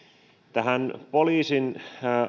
tähän poliisin